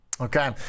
okay